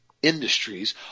industries